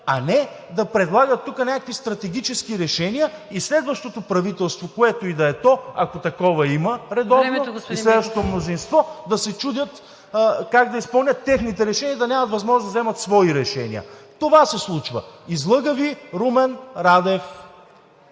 а не да предлагат тук някакви стратегически решения и следващото правителство, което и да е то, ако има редовно такова, и следващото мнозинство да се чудят как да изпълнят техните решения и да нямат възможност да вземат свои решения. Това се случва! Излъга Ви Румен Радев!